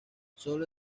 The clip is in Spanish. solo